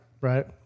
right